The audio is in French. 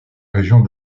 région